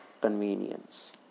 convenience